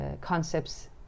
Concepts